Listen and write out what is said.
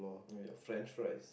meal french fries